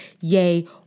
yay